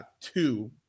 two